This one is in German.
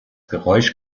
geräusch